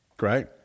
Great